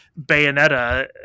Bayonetta